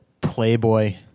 playboy